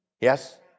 Yes